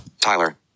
Tyler